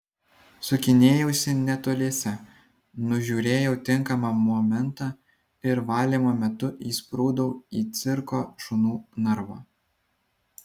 sukinėjausi netoliese nužiūrėjau tinkamą momentą ir valymo metu įsprūdau į cirko šunų narvą